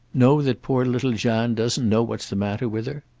know that poor little jeanne doesn't know what's the matter with her?